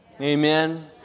Amen